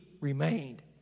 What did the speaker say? remained